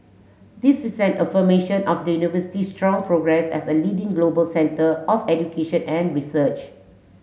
this is an affirmation of the university strong progress as a leading global centre of education and research